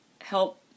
help